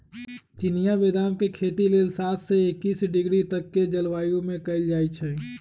चिनियाँ बेदाम के खेती लेल सात से एकइस डिग्री तक के जलवायु में कएल जाइ छइ